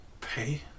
Pay